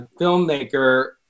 filmmaker